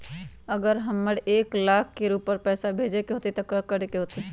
अगर हमरा एक लाख से ऊपर पैसा भेजे के होतई त की करेके होतय?